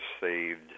saved